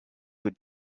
would